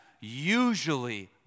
usually